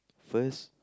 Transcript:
first